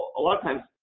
a lot of times,